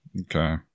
Okay